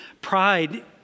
Pride